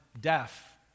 deaf